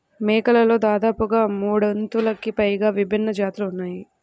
మేకలలో దాదాపుగా మూడొందలకి పైగా విభిన్న జాతులు ఉన్నాయి